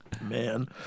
Man